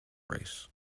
race